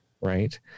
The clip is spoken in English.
Right